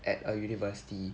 at a university